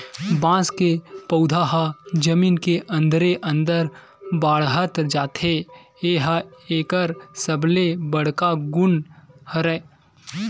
बांस के पउधा ह जमीन के अंदरे अंदर बाड़हत जाथे ए ह एकर सबले बड़का गुन हरय